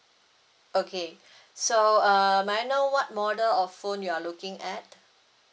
okay so uh may I know what model of phone you're looking at